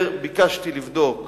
ביקשתי לבדוק